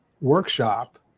workshop